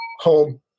home